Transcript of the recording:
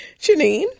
Janine